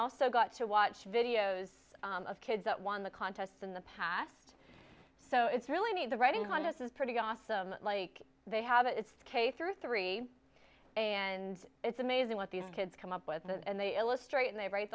also got to watch videos of kids that won the contests in the past so it's really neat the writing on this is pretty awesome like they have it's case through three and it's amazing what these kids come up with and they illustrate and they write